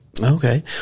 Okay